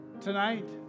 tonight